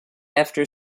after